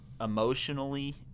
emotionally